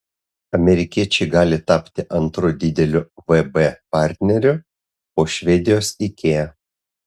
amerikiečiai gali tapti antru dideliu vb partneriu po švedijos ikea